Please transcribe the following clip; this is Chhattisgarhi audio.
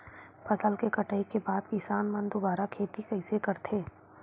फसल के कटाई के बाद किसान मन दुबारा खेती कइसे करथे?